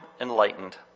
enlightened